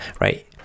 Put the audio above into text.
Right